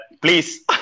Please